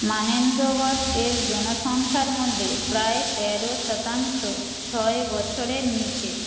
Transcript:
মানেন্দ্রগড় এর জনসংখ্যার মধ্যে প্রায় তেরো শতাংশ ছয় বছরের নীচে